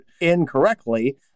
incorrectly